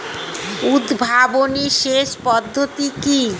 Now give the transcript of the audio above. উদ্ভাবনী সেচ পদ্ধতি কি?